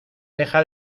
deja